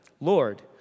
Lord